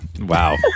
Wow